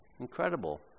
Incredible